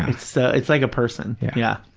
it's ah it's like a person, yeah yeah.